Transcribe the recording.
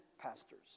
pastors